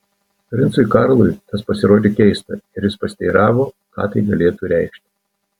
princui karlui tas pasirodė keista ir jis pasiteiravo ką tai galėtų reikšti